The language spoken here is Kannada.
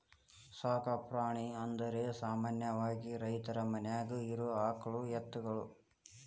ಸಾಕು ಪ್ರಾಣಿ ಅಂದರ ಸಾಮಾನ್ಯವಾಗಿ ರೈತರ ಮನ್ಯಾಗ ಇರು ಆಕಳ ಎತ್ತುಗಳು